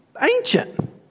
ancient